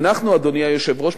אדוני היושב-ראש,